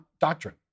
doctrine